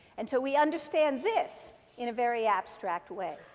and so we understand this in a very abstract way.